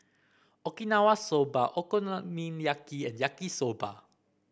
Okinawa Soba Okonomiyaki and Yaki Soba